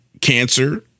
cancer